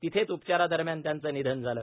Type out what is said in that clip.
तिथेच उपचारा दरम्यान त्यांचं निधन झालं